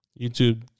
YouTube